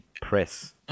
press